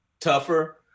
tougher